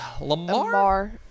Lamar